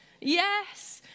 Yes